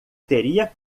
teria